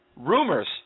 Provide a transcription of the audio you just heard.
rumors